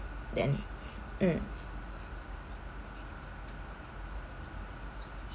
then mm